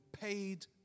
paid